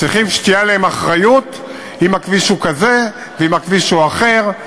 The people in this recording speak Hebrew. צריך שתהיה עליו אחריות אם הכביש הוא כזה ואם הכביש הוא אחר,